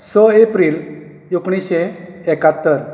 स एप्रिल एकुणीशें एक्यात्तर